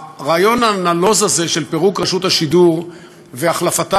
הרעיון הנלוז הזה של פירוק רשות השידור והחלפתה